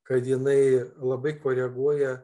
kad jinai labai koreguoja